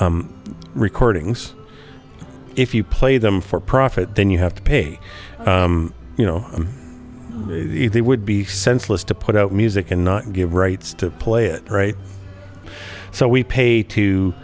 play recordings if you play them for profit then you have to pay you know they would be senseless to put out music and not give rights to play it so we pay to